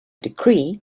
decree